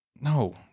No